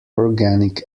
organic